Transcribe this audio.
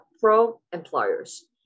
pro-employers